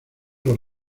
los